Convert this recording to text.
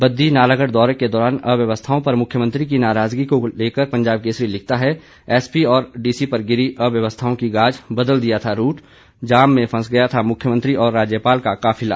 बद्दी नालागढ़ दौरे के दौरान अव्यवस्थाओं पर मुख्यमंत्री की नाराजगी को लेकर पंजाब केसरी लिखता है एसपी और डीसी पर गिरी अव्यवस्थाओं की गाज बदल दिया था रूट जाम में फंस गया था मुख्यमंत्री और राज्यपाल का काफिला